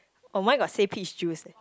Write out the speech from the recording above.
oh mine got say peach juice eh